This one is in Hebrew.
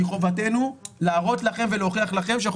מחובתנו להראות לכם ולהוכיח לכם שאנחנו